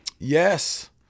Yes